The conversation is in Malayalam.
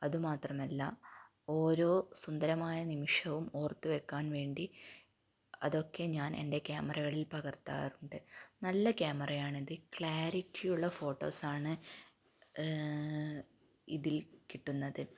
അതുമാത്രമല്ല ഓരോ സുന്ദരമായ നിമിഷവും ഓർത്തു വയ്ക്കാൻ വേണ്ടി അതൊക്കെ ഞാൻ എൻ്റെ ക്യാമറകളിൽ പകർത്താറുണ്ട് നല്ല ക്യാമറ ആണ് ഇത് ക്ലാരിറ്റി ഉള്ള ഫോട്ടോസ് ആണ് ഇതിൽ കിട്ടുന്നത്